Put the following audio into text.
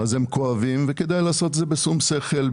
הם כואבים וכדאי לעשות את זה בשום שכל,